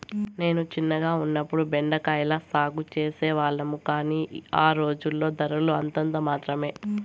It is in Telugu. నేను చిన్నగా ఉన్నప్పుడు బెండ కాయల సాగు చేసే వాళ్లము, కానీ ఆ రోజుల్లో ధరలు అంతంత మాత్రమె